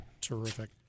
Terrific